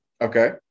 Okay